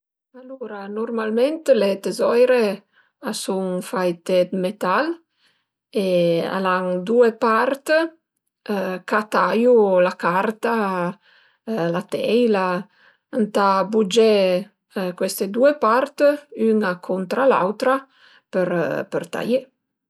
Alura nurmalment le tezoire a sun faite 'd metal e al an due part ch'a taiu la carta, la teila, ëntà bugé cueste due part üna cuntra l'autra për taié